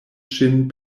ŝin